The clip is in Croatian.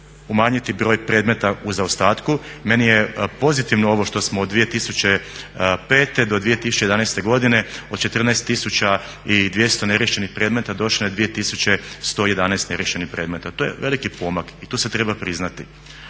umanjiti broj predmeta u zaostatku. Meni je pozitivno ovo što smo od 2005. do 2011. godine od 14 tisuća i 200 neriješenih predmeta došli na 2111 neriješenih predmeta, to je veliki pomak i to se treba priznati.